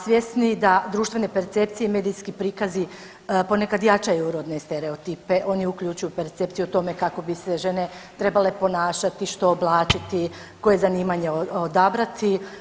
Svjesni da društvene percepcije, medijski prikazi ponekad jačanju rodne stereotipe, oni uključuju percepciju o tome kako bi se žene trebale ponašati, što oblačiti, koje zanimanje odabrati.